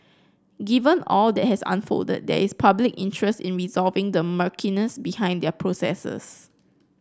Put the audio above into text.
given all that has unfolded there is public interest in resolving the murkiness behind their processes